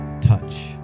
touch